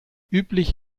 üblich